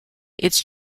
its